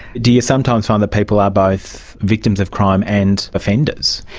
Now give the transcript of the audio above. do you sometimes find that people are both victims of crime and offenders?